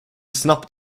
snabbt